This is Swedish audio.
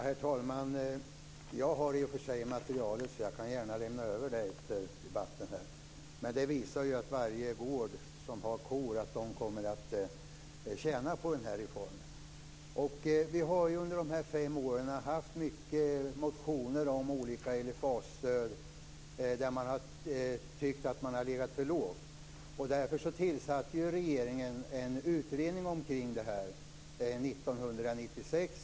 Herr talman! Jag har tillgång till materialet och kan lämna över det efter vår debatt. Det visar att varje gård som har kor kommer att tjäna på reformen. Det har under de senaste fem åren väckts många motioner där det hävdats att olika LFA-stöd har varit för låga. Därför tillsatte regeringen en utredning omkring det här 1996.